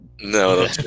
No